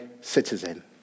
citizen